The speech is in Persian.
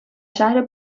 شهر